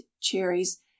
cherries